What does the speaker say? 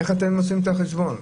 איך אתם עושים את החשבון?